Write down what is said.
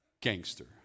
Gangster